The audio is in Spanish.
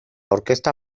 orquesta